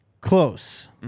Close